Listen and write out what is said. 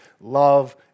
love